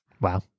Wow